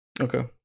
Okay